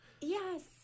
Yes